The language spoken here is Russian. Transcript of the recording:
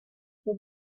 все